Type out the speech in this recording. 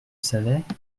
savait